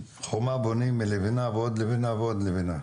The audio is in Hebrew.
חומה בונים מלבנה ועוד לבנה ועוד לבנה,